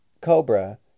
cobra